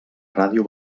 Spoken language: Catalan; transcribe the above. ràdio